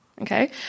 Okay